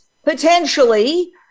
potentially